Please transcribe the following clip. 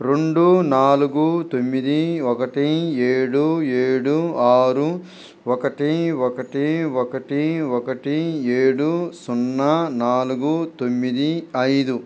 రెండు నాలుగు తొమ్మిది ఒకటి ఏడు ఏడు ఆరు ఒకటి ఒకటి ఒకటి ఒకటి ఏడు సున్నా నాలుగు తొమ్మిది ఐదు